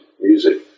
music